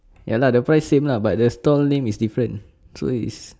ya lah the price same lah but the stall name is different so it's